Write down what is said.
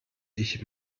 ich